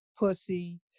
pussy